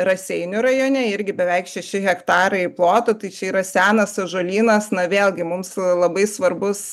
raseinių rajone irgi beveik šeši hektarai ploto tai čia yra senas ąžuolynas na vėlgi mums labai svarbus